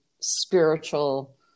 spiritual